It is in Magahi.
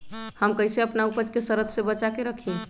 हम कईसे अपना उपज के सरद से बचा के रखी?